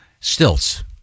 stilts